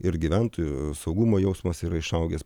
ir gyventojų saugumo jausmas yra išaugęs